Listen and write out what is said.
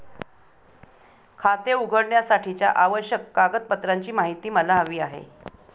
खाते उघडण्यासाठीच्या आवश्यक कागदपत्रांची माहिती मला हवी आहे